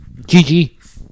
GG